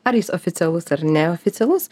ar jis oficialus ar neoficialus